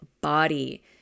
body